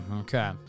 okay